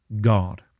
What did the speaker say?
God